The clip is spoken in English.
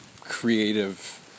creative